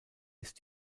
ist